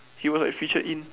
he was like featured in